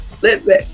Listen